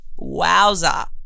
Wowza